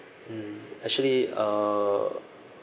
mm actually uh